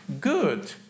good